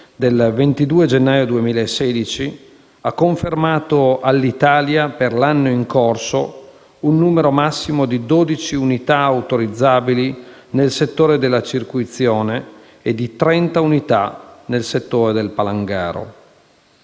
del 22 gennaio 2016 ha confermato all'Italia, per l'anno in corso, un numero massimo di 12 unità autorizzabili nel settore della circuizione e di 30 unità nel settore del palangaro.